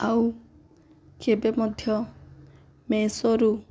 ଆଉ କେବେ ମଧ୍ୟ ମିସୋରୁ